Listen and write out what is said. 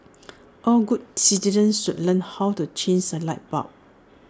all good citizens should learn how to changes A light bulb